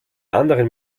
anderen